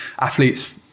athletes